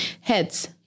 Heads